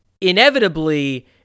inevitably